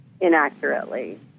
inaccurately